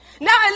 Now